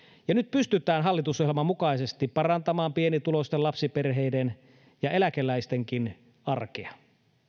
ja nyt pystytään hallitusohjelman mukaisesti parantamaan pienituloisten lapsiperheiden ja eläkeläistenkin arkea